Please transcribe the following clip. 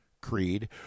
creed